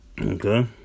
Okay